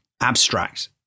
abstract